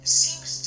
seems